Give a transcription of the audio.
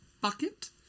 bucket